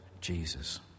Jesus